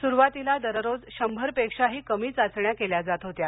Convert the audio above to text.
सुरूवातीला दररोज शंभर पेक्षाही कमी चाचण्या केल्या जात होत्या